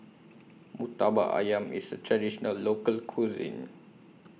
Murtabak Ayam IS A Traditional Local Cuisine